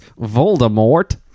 Voldemort